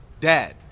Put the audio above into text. dad